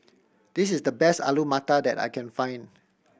this is the best Alu Matar that I can find